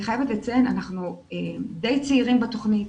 אני חייבת לציין, אנחנו די צעירים בתוכנית.